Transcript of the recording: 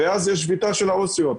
ואז יש שביתה של העובדים הסוציאליים,